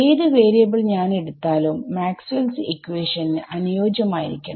ഏത് വാരിയബിൾ ഞാൻ എടുത്താലും മാക്സ്വെൽസ് ഇക്വാഷൻ Maxwells equationന് അനുയോജ്യമായിരിക്കണം